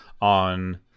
on